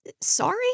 sorry